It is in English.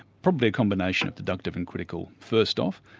probably a combination of deductive and critical first off.